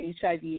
HIV